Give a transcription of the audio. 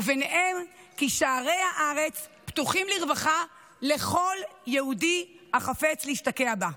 ובהם ששערי הארץ פתוחים לרווחה לכל יהודי החפץ להשתקע בה.